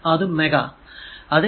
അത് മെഗാ അത് M